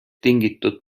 tingitud